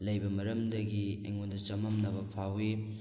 ꯂꯩꯕ ꯃꯔꯝꯗꯒꯤ ꯑꯩꯉꯣꯟꯗ ꯆꯃꯝꯅꯕ ꯐꯥꯎꯏ